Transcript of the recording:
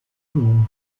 honra